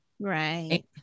Right